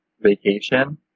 vacation